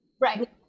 Right